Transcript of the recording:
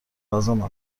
لازم